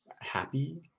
happy